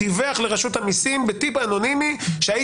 דיווח לרשות המסים בדרך אנונימית שהאיש